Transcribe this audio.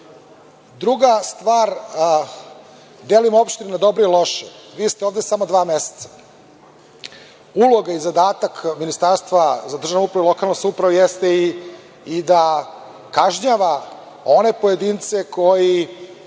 stvar, delim opštine na dobre i loše. Vi ste ovde samo dva meseca. Uloga i zadatak Ministarstva za državnu upravu i lokalnu samoupravu jeste i da kažnjava one pojedince iz